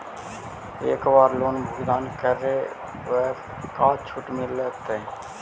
एक बार लोन भुगतान करे पर का छुट मिल तइ?